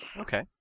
Okay